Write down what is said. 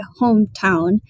hometown